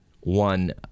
one